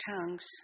tongues